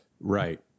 Right